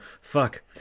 fuck